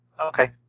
Okay